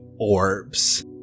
orbs